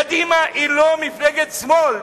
קדימה היא לא מפלגת שמאל.